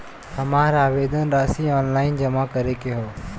हमार आवेदन राशि ऑनलाइन जमा करे के हौ?